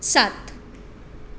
सात